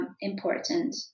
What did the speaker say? important